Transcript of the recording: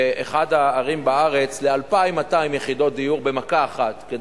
באחת הערים בארץ ל-2,200 יחידות דיור במכה אחת,